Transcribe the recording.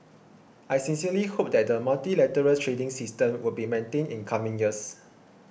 I sincerely hope that the multilateral trading system would be maintained in coming years